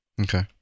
Okay